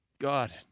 God